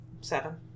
Seven